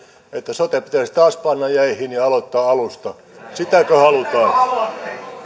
että sote pitäisi taas panna jäihin ja aloittaa alusta sitäkö halutaan